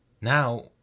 now